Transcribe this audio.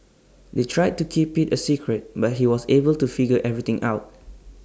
they tried to keep IT A secret but he was able to figure everything out